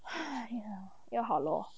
!hais! ya 要好 lor